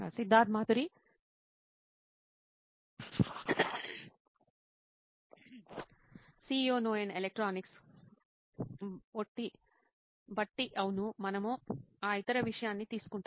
Siddharth Maturi CEO నోయిన్ electronics బట్టి అవును మనము ఆ ఇతర విషయాన్ని తీసుకుంటాము